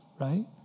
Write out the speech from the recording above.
right